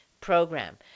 program